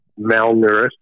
malnourished